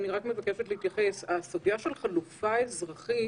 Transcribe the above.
אני חושב שהציבור לא חושב שהשב"כ